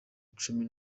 cumi